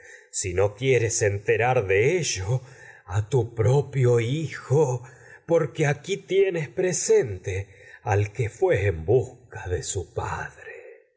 si no quieres tienes enterar de ello a tu propio hijo su porque aquí presente al que fué en busca de padre